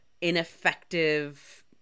ineffective